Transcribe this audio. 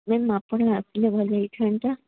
ma'am ଆପଣ ଆସିଲେ ଭଲ ହୋଇଥାନ୍ତା